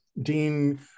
dean